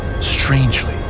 Strangely